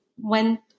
went